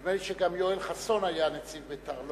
נדמה לי שגם יואל חסון היה נציג בית"ר.